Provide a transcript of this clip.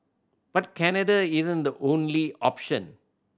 but Canada isn't the only option